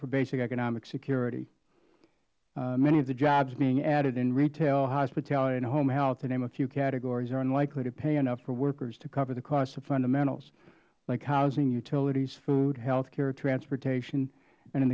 for basic economic security many of the jobs being added in retail hospitality and home health to name a few categories are unlikely to pay enough for workers to cover the cost of fundamentals like housing utilities food health care transportation and in